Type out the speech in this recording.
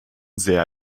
sehr